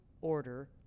order